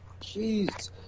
Jeez